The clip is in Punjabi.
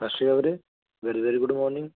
ਸਤਿ ਸ਼੍ਰੀ ਅਕਾਲ ਵੀਰੇ ਵੈਰੀ ਵੈਰੀ ਗੁੱਡ ਮੋਰਨਿੰਗ